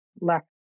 left